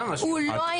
הוא לא היה בוחר בו.